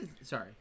Sorry